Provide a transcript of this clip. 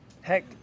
heck